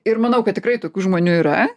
ir manau kad tikrai tokių žmonių yra